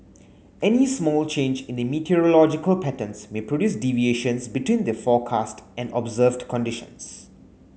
any small change in the meteorological patterns may produce deviations between the forecast and observed conditions